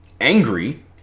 angry